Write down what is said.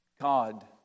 God